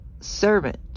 servant